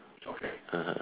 (uh huh)